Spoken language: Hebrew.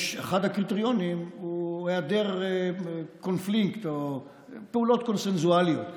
אחד הקריטריונים הוא היעדר קונפליקט או פעולות קונסנסואליות,